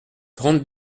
trente